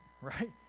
right